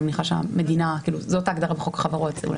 זאת ההגדרה בחוק החברות.